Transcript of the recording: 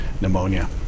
pneumonia